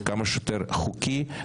כמה שיותר חוקי,